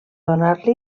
donar